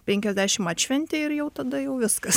penkiasdešim atšventei ir jau tada jau viskas